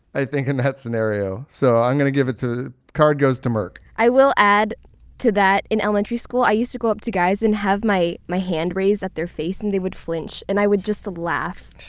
i think in that scenario. so i'm going to give it to, the card goes to merk i will add to that. in elementary school i used to go up to guys and have my my hand raised at their face and they would flinch and i would just laugh. see?